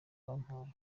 bampaye